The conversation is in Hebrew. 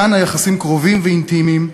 כאן היחסים קרובים ואינטימיים,